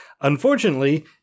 Unfortunately